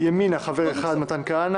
ימינה חבר אחד: מתן כהנא,